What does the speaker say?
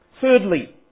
Thirdly